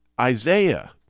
Isaiah